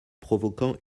provoquant